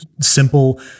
simple